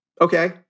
Okay